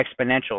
exponential